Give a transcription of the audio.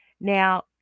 now